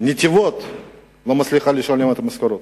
נתיבות לא מצליחה לשלם משכורות.